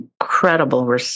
incredible